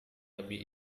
lebih